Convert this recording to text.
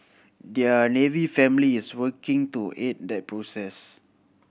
their Navy family is working to aid that process